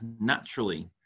naturally